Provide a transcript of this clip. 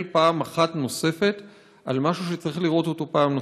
פעם אחת נוספת על משהו שצריך לראות אותו פעם נוספת.